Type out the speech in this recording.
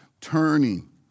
turning